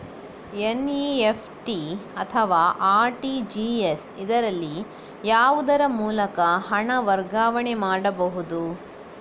NEFT ಅಥವಾ RTGS, ಇದರಲ್ಲಿ ಯಾವುದರ ಮೂಲಕ ಹಣ ವರ್ಗಾವಣೆ ಮಾಡಬಹುದು?